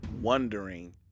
wondering